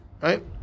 right